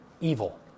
evil